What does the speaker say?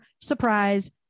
surprise